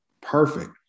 perfect